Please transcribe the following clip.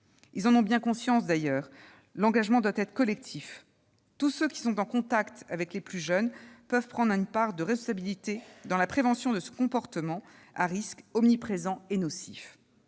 en ont bien conscience, d'ailleurs. L'engagement doit être collectif. Tous ceux qui sont en contact avec les plus jeunes peuvent prendre une part de responsabilité dans la prévention de ce comportement à risque, omniprésent et nocif.